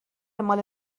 مال